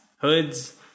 hoods